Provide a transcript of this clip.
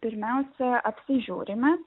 pirmiausia apsižiūrime